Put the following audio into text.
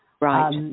Right